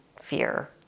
fear